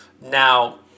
Now